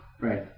Right